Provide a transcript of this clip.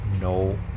no